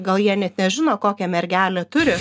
gal jie net nežino kokią mergelę turi